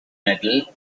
medal